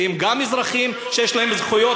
שגם הם אזרחים שיש להם זכויות,